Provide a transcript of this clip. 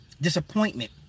disappointment